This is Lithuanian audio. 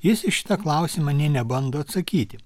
jis į šitą klausimą nė nebando atsakyti